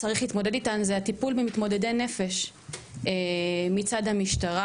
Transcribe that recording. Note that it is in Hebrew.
שצריך להתמודד איתן היא הטיפול במתמודדי נפש מצד המשטרה.